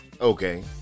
Okay